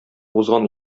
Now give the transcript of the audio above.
узган